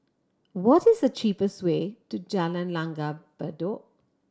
what is the cheapest way to Jalan Langgar Bedok